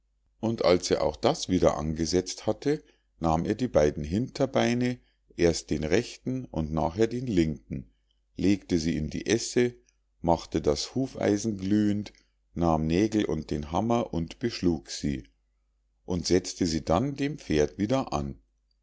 und als er auch das wieder angesetzt hatte nahm er die beiden hinterbeine erst den rechten und nachher den linken legte sie in die esse machte das hufeisen glühend nahm nägel und den hammer und beschlug sie und setzte sie dann dem pferd wieder an